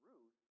Ruth